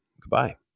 Goodbye